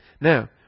Now